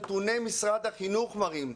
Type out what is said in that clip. נתוני משרד החינוך מראים,